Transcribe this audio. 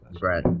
Right